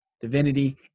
divinity